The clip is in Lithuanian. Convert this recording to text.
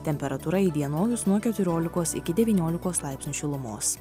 temperatūra įdienojus nuo keturiolikos iki devyniolikos laipsnių šilumos